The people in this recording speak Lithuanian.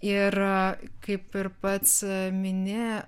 ir kaip ir pats mini